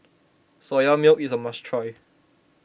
Soya Milk is a must try